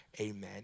amen